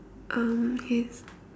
um his